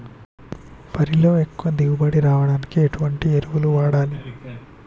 వరిలో ఎక్కువ దిగుబడి రావడానికి ఎటువంటి ఎరువులు వాడాలి?